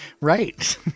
Right